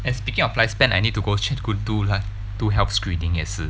eh speaking of lifespan I need to go 去 go do lif~ do health screening 也是